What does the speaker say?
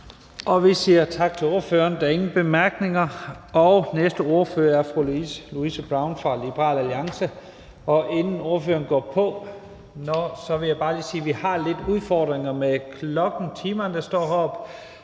så vi siger tak til ordføreren. Næste ordfører er fru Louise Brown fra Liberal Alliance. Og inden ordføreren går på, vil jeg bare lige sige, at vi har lidt udfordringer med uret heroppe,